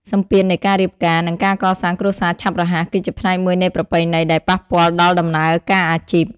សម្ពាធនៃការរៀបការ និងការកសាងគ្រួសារឆាប់រហ័ស គឺជាផ្នែកមួយនៃប្រពៃណីដែលប៉ះពាល់ដល់ដំណើរការអាជីព។